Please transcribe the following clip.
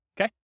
Okay